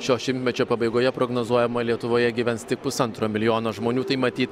šio šimtmečio pabaigoje prognozuojama lietuvoje gyvens tik pusantro milijono žmonių tai matyt